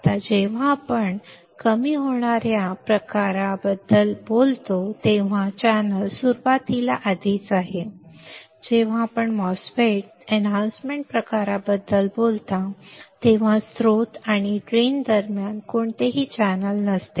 आता जेव्हा आपण कमी होणाऱ्या प्रकार MOSFET बद्दल बोलतो तेव्हा चॅनेल सुरवातीला आधीच आहे जेव्हा आपण MOSFET वर्धन प्रकाराबद्दल बोलता तेव्हा स्त्रोत आणि ड्रेन दरम्यान कोणतेही चॅनेल नसते